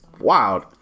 wild